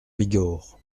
bigorre